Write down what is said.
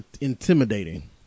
intimidating